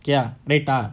ya later